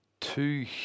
Two